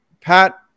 Pat